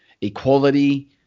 equality